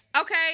okay